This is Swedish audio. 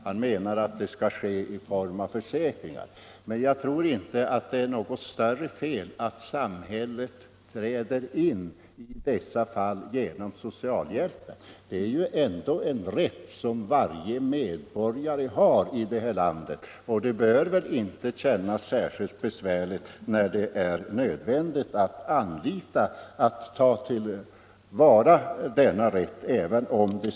Han menade att det skulle ske i form av en försäkring. Men jag tror inte det är något fel att samhället träder in i dessa fall genom socialhjälpen. Socialhjälpen är ändå en rätt som varje medborgare har i detta land. Det bör inte kännas särskilt besvärligt att ta vara på denna rätt när det är nödvändigt, även om det skulle gälla en begravning. Pensionärernas förhållanden förbättras undan för undan.